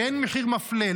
כן מחיר מפלה,